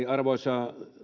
arvoisa